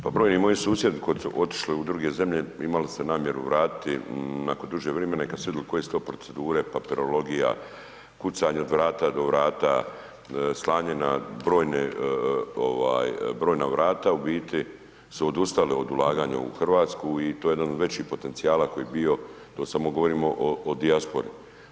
Pa prvo je i moji susjedi koji su otišli u druge zemlje imali se namjeru vratiti nakon dužeg vrimena i kad su vidjeli koje su to procedure, papirologija, kucanje od vrata do vrata, slanje na brojne ovaj brojna vrata u biti su odustali od ulaganja u Hrvatsku i to je jedan od većih potencijala koji je bio, to samo govorimo o dijaspori.